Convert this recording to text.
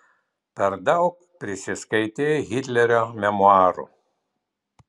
per daug prisiskaitei hitlerio memuarų